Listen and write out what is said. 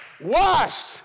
Washed